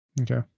Okay